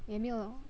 也没有了 hor